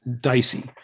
dicey